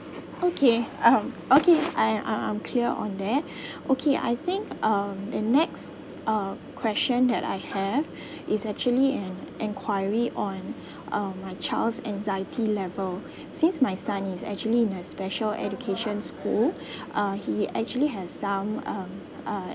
okay um okay I I'm I'm clear on that okay I think um the next uh question that I have is actually um enquiry on uh my child's anxiety level since my son is actually in a special education school uh he actually have some um uh